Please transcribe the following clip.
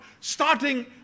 starting